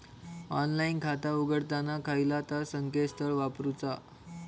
Online खाता उघडताना खयला ता संकेतस्थळ वापरूचा?